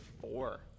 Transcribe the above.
four